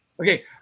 okay